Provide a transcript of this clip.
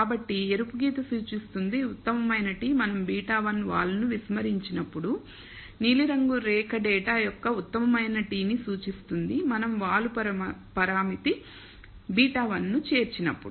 కాబట్టి ఎరుపు గీత సూచిస్తుంది ఉత్తమమైన t మనం β1 వాలును విస్మరించినప్పుడు నీలిరంగు రేఖ డేటా యొక్క ఉత్తమమైన t నీ సూచిస్తుంది మనం వాలు పరామితి β1 ను చేర్చినప్పుడు